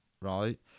right